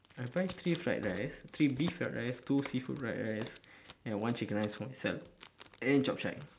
I buy three fried rice three beef fried rice two seafood fried rice and one chicken rice for myself and then chap-chye